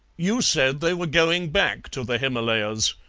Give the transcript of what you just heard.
you said they were going back to the himalayas,